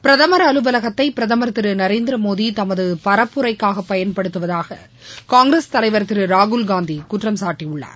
பிரதமர் அலுவலகத்தை பிரதமர் திரு நரேந்திரமோடி தமது பரப்புரைக்காக பயன்படுத்துவதாக காங்கிரஸ் தலைவர் திரு ராகுல்காந்தி குற்றம் சாட்டியுள்ளார்